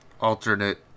alternate